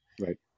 Right